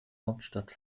hauptstadt